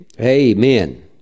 Amen